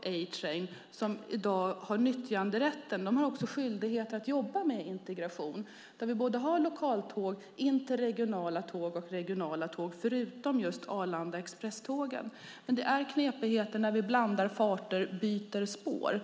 A-Train som i dag har nyttjanderätten har också en skyldighet att jobba med integration så att vi har lokaltåg, interregionala tåg och regionala tåg förutom just Arlanda Express-tågen. Men det blir knepigt när vi blandar farter och byter spår.